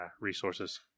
resources